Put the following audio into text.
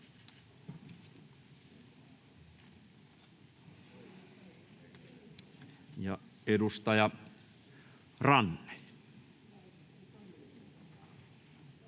Edustaja Ranne.